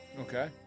Okay